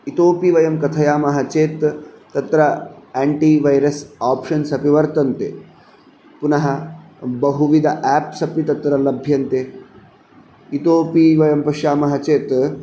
इतोपि वयं कथयामः चेत् तत्र एण्टिवैरस् आप्षन्स् अपि वर्तन्ते पुनः बहुविद एप्स् अपि तत्र लभ्यन्ते इतोपि वयं पश्यामः चेत्